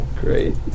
Great